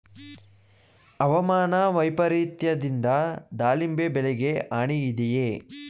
ಹವಾಮಾನ ವೈಪರಿತ್ಯದಿಂದ ದಾಳಿಂಬೆ ಬೆಳೆಗೆ ಹಾನಿ ಇದೆಯೇ?